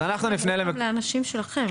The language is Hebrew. אמנון, אנחנו מחכים לאנשים שלכם.